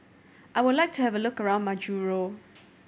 I would like to have a look around Majuro